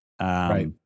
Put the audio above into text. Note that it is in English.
Right